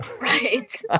Right